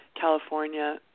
California